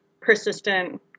persistent